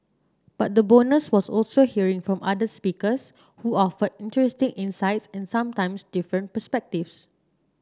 but the bonus was also hearing from other speakers who offered interesting insights and sometimes different perspectives